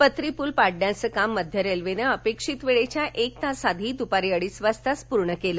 पत्रीपूल पाडण्याचं काम मध्य रेल्वेनं अपेक्षित वेळेच्या एक तास आधी दुपारी अडीच वाजताच पूर्ण केलं